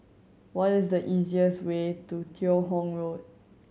what is the easiest way to Teo Hong Road